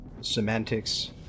semantics